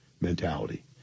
mentality